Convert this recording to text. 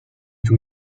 主体